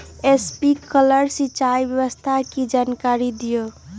Sprinkler सिंचाई व्यवस्था के जाकारी दिऔ?